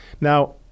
now